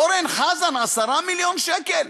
אורן חזן, 10 מיליון שקל,